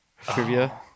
trivia